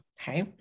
okay